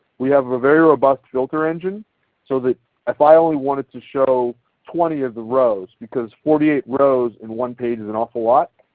we have a very robust filter engine so if i only wanted to show twenty of the rows because forty eight rows in one page is an awful lot,